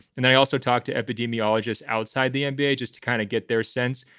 and i also talked to epidemiologists outside the nba just to kind of get their sense.